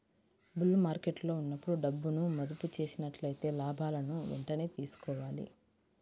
bull మార్కెట్టులో ఉన్నప్పుడు డబ్బును మదుపు చేసినట్లయితే లాభాలను వెంటనే తీసుకోవాలి